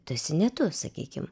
tu esi ne tu sakykim